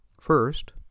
First